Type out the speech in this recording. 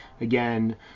again